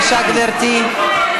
בבקשה, גברתי.